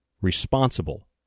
responsible